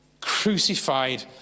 crucified